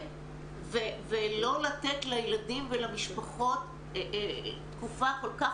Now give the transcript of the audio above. ולא לתת לילדים ולמשפחות תקופה כל כך